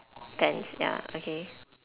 tents ya okay